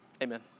Amen